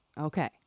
Okay